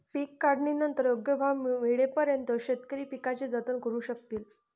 पीक काढणीनंतर योग्य भाव मिळेपर्यंत शेतकरी पिकाचे जतन करू शकतील